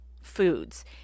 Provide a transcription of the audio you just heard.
foods